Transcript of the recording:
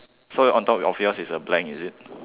so on top of yours is a blank is it